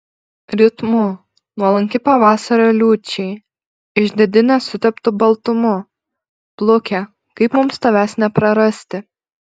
ritmu nuolanki pavasario liūčiai išdidi nesuteptu baltumu pluke kaip mums tavęs neprarasti